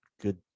good